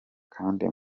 kandi